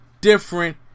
different